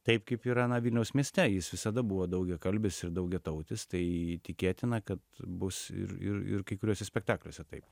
taip kaip yra na vilniaus mieste jis visada buvo daugiakalbis ir daugiatautis tai tikėtina kad bus ir ir kai kuriuose spektakliuose taip